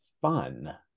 fun